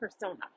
persona